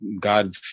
God